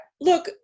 Look